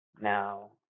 Now